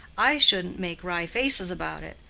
i shouldn't make wry faces about it.